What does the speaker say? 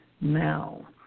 now